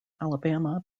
alabama